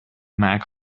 mac